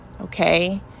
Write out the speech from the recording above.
okay